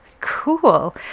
Cool